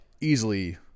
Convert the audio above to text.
easily